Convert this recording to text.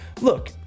Look